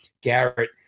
Garrett –